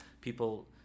people